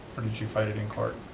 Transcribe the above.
or did you fight it in court?